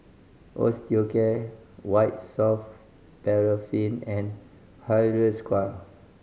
Osteocare White Soft Paraffin and Hiruscar